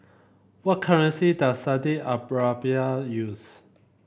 what currency does Saudi Arabia use